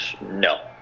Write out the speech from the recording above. no